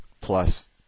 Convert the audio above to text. plus